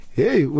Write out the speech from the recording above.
hey